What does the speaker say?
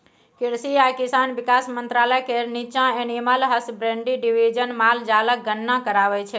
कृषि आ किसान बिकास मंत्रालय केर नीच्चाँ एनिमल हसबेंड्री डिबीजन माल जालक गणना कराबै छै